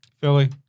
Philly